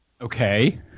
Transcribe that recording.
Okay